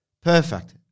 perfect